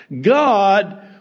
God